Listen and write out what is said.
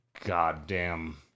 goddamn